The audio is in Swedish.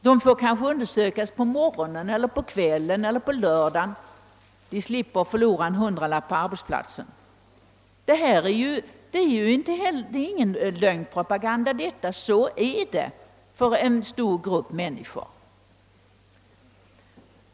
De får kanske bli undersökta på morgonen, på kvällen eller en lördag och slipper förlora en hundralapp på arbetsplatsen. Detta är inte någon lögn eller skrämselpropaganda, utan det är fakta för en stor grupp människor.